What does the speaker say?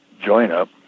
join-up